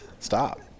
stop